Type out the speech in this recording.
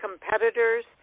competitors